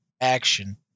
Action